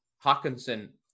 Hawkinson